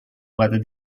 whether